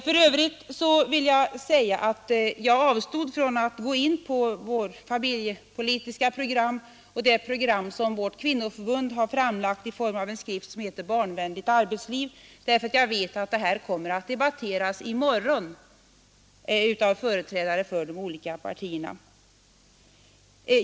För övrigt avstod jag i mitt förra anförande från att gå in på vårt familjepolitiska program och det program som vårt kvinnoförbund har framlagt i form av en skrift som heter Barnvänligt arbetsliv, därför att jag vet att den frågan kommer att debatteras i morgon av företrädare för de olika partierna.